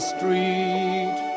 Street